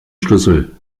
schlüssel